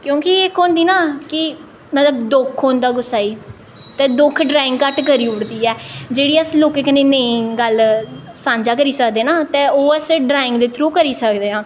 क्योंकि इक होंदी ना कि मतलब दुख होंदा कुसै गी ते दुख ड्राइंग घट्ट करी ओड़दी ऐ जेह्ड़ी अस लोकें कन्नै नेईं गल्ल सांझा करी सकदे ना ते ओह् अस ड्राइंग दे थ्रू करी सकदे आं